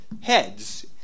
heads